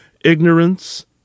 Ignorance